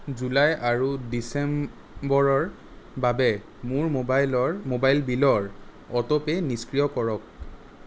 July আৰু ডিচেম্ব বৰৰ বাবে মোৰ ম'বাইলৰ ম'বাইল বিলৰ অটো পে' নিষ্ক্ৰিয় কৰক